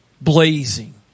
blazing